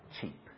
cheap